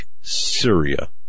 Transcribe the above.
Syria